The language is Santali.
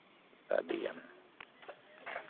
ᱟᱹᱰᱤᱜᱟᱱ